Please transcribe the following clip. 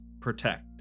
protect